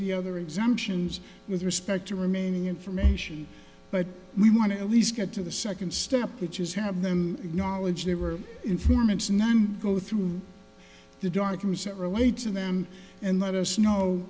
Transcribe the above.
the other exemptions with respect to remaining information but we want to at least get to the second step which is have them knowledge they were informants known go through the dark rooms that relate to them and let us know